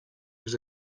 was